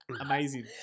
Amazing